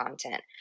content